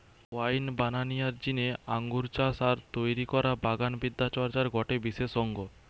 wine বানানিয়ার জিনে আঙ্গুর চাষ আর তৈরি করা বাগান বিদ্যা চর্চার গটে বিশেষ অঙ্গ